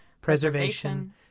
preservation